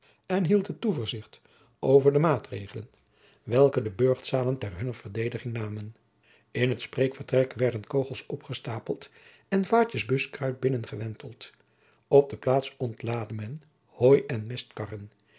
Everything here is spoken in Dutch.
en hield het toeverzicht over de maatregelen welke de burchtzaten ter hunner verdediging namen in het spreekvertrek werden kogels opgestapeld en vaatjens buskruid binnengewenteld op de plaats ontlaadde men hooi en mestkarren